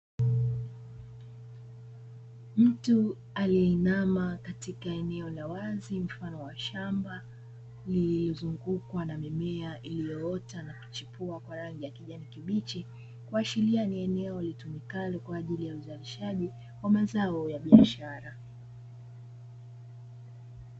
Mtu aliyeinama katika eneo la wazi mfano wa shamba iliyozungukwa na mimea iliyoota na kuchipua kwa rangi ya kijani kibichi, kuashiria ni eneo litumikalo kwa ajili ya uzalishaji wa mazao ya biashara.